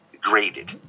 Graded